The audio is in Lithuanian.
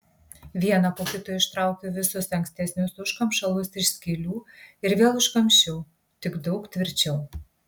vieną po kito ištraukiau visus ankstesnius užkamšalus iš skylių ir vėl užkamšiau tik daug tvirčiau